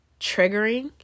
triggering